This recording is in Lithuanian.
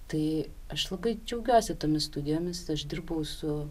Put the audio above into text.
tai aš labai džiaugiuosi tomis studijomis aš dirbau su